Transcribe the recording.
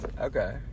okay